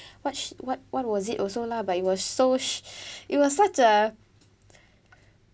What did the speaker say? what sh~ what what was it also lah but it was so sh~ it was such a